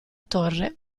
torre